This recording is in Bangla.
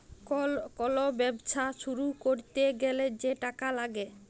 কল ব্যবছা শুরু ক্যইরতে গ্যালে যে টাকা ল্যাগে